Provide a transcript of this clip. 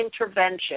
intervention